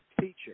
teacher